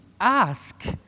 ask